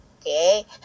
Okay